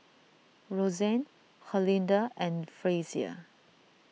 Roxane Herlinda and Frazier